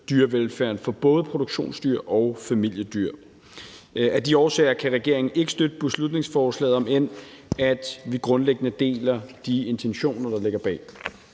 dyrevelfærden for både produktionsdyr og familiedyr. Af de årsager kan regeringen ikke støtte beslutningsforslaget, om end vi grundlæggende deler de intentioner, der ligger bag.